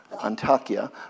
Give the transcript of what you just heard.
Antakya